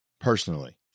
personally